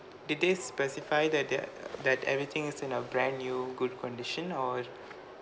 did they specify that their that everything is in a brand new good condition or